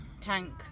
tank